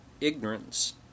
ignorance